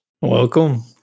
Welcome